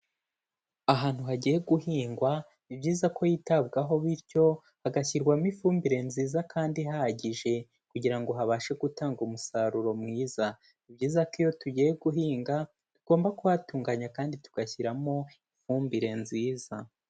Ahantu hagiye guhingwa ni byiza ko hitabwaho bityo hagashyirwamo ifumbire nziza kandi ihagije kugira ngo habashe gutanga umusaruro mwiza, ni byiza ko iyo tugiye guhinga tugomba kuhatunganya kandi tugashyiramo ifumbire nziza.